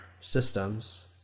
systems